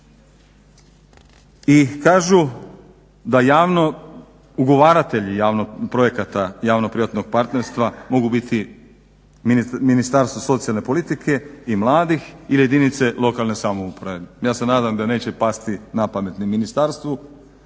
I kažu da ugovaratelji projekata javno-privatnog partnerstva mogu biti Ministarstvo socijalne politike i mladih ili jedinice lokalne samouprave. Ja se nadam da neće pasti na pamet ni ministarstvu,